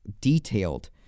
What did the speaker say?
detailed